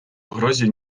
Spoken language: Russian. угрозе